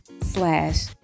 slash